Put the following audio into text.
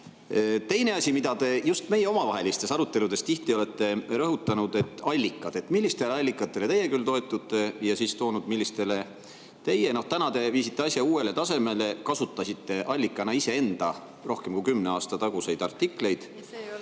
asi, mida te just meie omavahelistes aruteludes tihti olete rõhutanud: "Allikad. Millistele allikatele teie küll toetute?" Ja siis olete välja toonud, millistele teie … Täna te viisite asja uuele tasemele – kasutasite allikana iseenda rohkem kui kümne aasta taguseid artikleid.